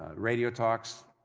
radio talks,